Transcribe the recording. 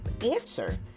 answer